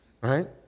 right